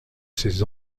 ses